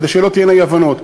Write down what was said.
כדי שלא תהיינה אי-הבנות,